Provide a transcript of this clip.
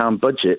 budget